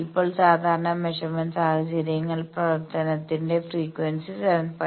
ഇപ്പോൾ സാധാരണ മെഷർമെന്റ് സാഹചര്യങ്ങൾ പ്രവർത്തനത്തിന്റെ ഫ്രീക്വൻസി 7